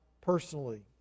personally